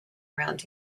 around